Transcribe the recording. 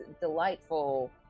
delightful